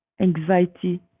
anxiety